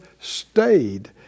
stayed